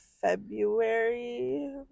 February